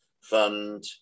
Fund